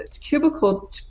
cubicle